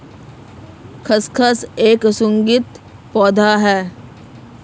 खसखस एक सुगंधित पौधा है